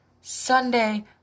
Sunday